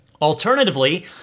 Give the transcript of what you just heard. Alternatively